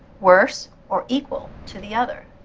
worse or equal to the other.